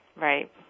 Right